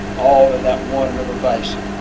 all and that one river basin.